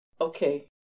okay